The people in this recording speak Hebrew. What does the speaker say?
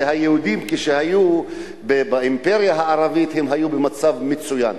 שכשהיהודים היו באימפריה הערבית הם היו במצב מצוין.